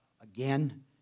again